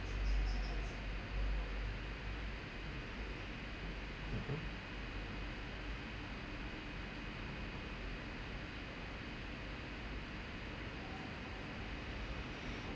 mmhmm